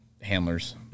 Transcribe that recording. handlers